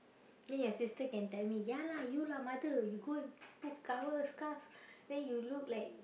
then your sister can tell me ya lah you lah mother you go and put cover scarf then you look like